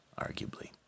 arguably